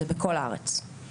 זה בכל הארץ.